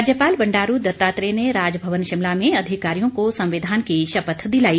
राज्यपाल बंडारू दत्तात्रेय ने राजभवन शिमला में अधिकारियों को संविधान की शपथ दिलाई